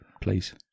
Please